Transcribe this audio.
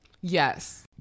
Yes